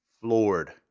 floored